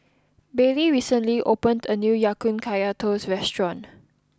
Baylie recently opened a new Ya Kun Kaya Toast restaurant